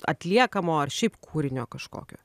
atliekamo ar šiaip kūrinio kažkokio